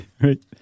Right